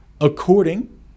according